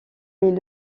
est